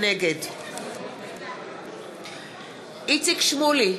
נגד איציק שמולי,